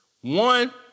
One